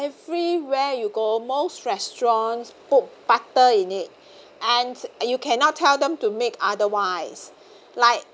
everywhere you go most restaurants put butter in it and you cannot tell them to make otherwise like